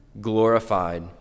glorified